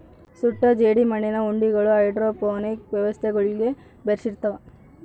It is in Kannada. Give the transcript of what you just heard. ಸುಟ್ಟ ಜೇಡಿಮಣ್ಣಿನ ಉಂಡಿಗಳು ಹೈಡ್ರೋಪೋನಿಕ್ ವ್ಯವಸ್ಥೆಗುಳ್ಗೆ ಬೆಶಿರ್ತವ